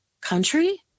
country